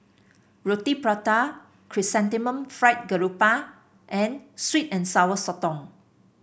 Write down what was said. Roti Prata Chrysanthemum Fried Garoupa and sweet and Sour Sotong